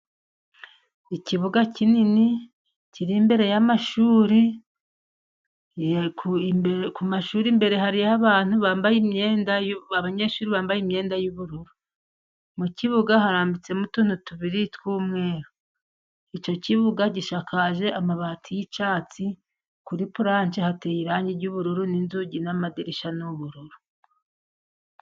Ikibuga kinini kiri imbere y'amashuri ku mashuri imbere hari abantu bambaye imyenda. Abanyeshuri bambaye imyenda y'ubururu. Mu kibuga harambitsemo utuntu tubiri tw'umweru. Icyo kibuga gishakaje amabati y'icyatsi. Kuri puranshe hateye irangi ry'ubururu n'inzugi n'amadirishya ni ubururu.